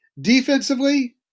Defensively